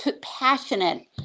passionate